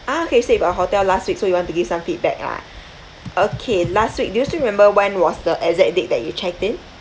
ah K you stayed with our hotel last week so you want to give some feedback lah okay last week do you still remember when was the exact date that you checked in